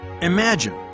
Imagine